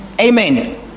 Amen